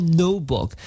notebook